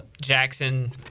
Jackson